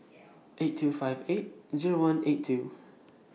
eight two five eight Zero one eight two